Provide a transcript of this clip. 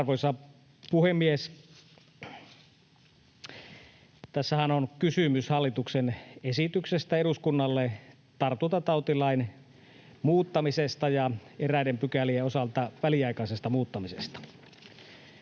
Arvoisa puhemies! Tässähän on kysymys hallituksen esityksestä eduskunnalle tartuntatautilain muuttamisesta ja eräiden pykälien osalta väliaikaisesta muuttamisesta.